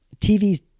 TVs